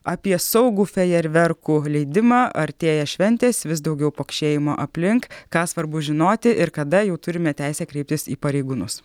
apie saugų fejerverkų leidimą artėja šventės vis daugiau pokšėjimo aplink ką svarbu žinoti ir kada jau turime teisę kreiptis į pareigūnus